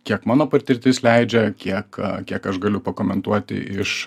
kiek mano patirtis leidžia kiek kiek aš galiu pakomentuoti iš